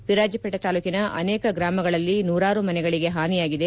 ವಿರಾಜಪೇಟೆ ತಾಲೂಕಿನ ಅನೇಕ ಗ್ರಾಮಗಳಲ್ಲಿ ನೂರಾರು ಮನೆಗಳಿಗೆ ಹಾನಿಯಾಗಿದೆ